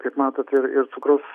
kaip matot ir ir cukrus